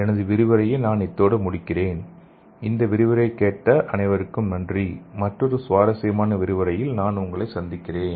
எனது விரிவுரையை நான் இத்தோடு முடிக்கிறேன் இந்த விரிவுரையைக் கேட்ட அனைவருக்கும் நன்றி மற்றொரு சுவாரசியமான விரிவுரையில் உங்களை நான் சந்திக்கிறேன்